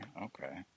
Okay